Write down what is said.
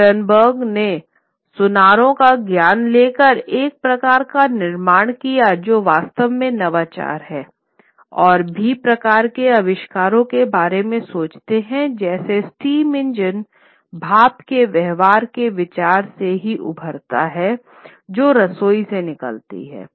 Gutenberg ने सुनारों का ज्ञान ले कर एक प्रकार का निर्माण किया है जो वास्तव में नवाचार हैं और भी प्रकार के आविष्कारों के बारे में सोचते हैं जैसे स्टीम इंजन भाप के व्यवहार के विचार से ही उभरता है जो रसोई से निकलती है